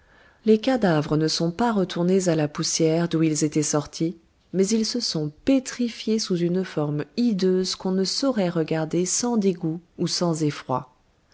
les cadavres ne sont pas retournés à la poussière d'où ils étaient sortis mais ils se sont pétrifiés sous une forme hideuse qu'on ne saurait regarder sans dégoût ou sans effroi